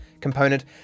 component